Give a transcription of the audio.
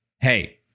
Hey